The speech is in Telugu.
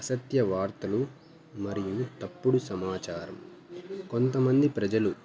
అసత్య వార్తలు మరియు తప్పుడు సమాచారం కొంతమంది ప్రజలు